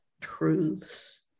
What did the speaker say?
truths